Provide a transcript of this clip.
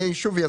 אני שוב אסביר.